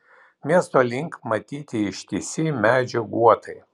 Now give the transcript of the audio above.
miesto link matyti ištisi medžių guotai